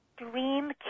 dream